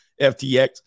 FTX